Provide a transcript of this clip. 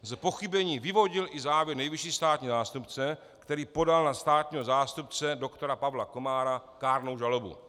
Z pochybení vyvodil i závěr nejvyšší státní zástupce, který podal na státního zástupce JUDr. Pavla Komára kárnou žalobu.